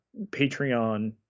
patreon